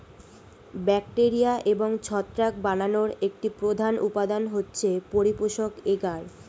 bacteria এবং ছত্রাক বানানোর একটি প্রধান উপাদান হচ্ছে পরিপোষক এগার